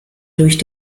durch